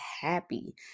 happy